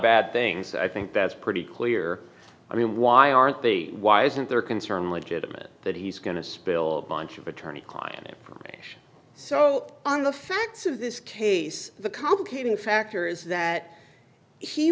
bad things i think that's pretty clear i mean why aren't they why isn't their concern legitimate that he's going to spill a bunch of attorney client from so on the facts of this case the complicating factor is that he